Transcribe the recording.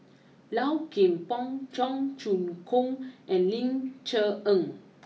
Low Kim Pong Cheong Choong Kong and Ling Cher Eng